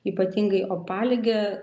ypatingai opalige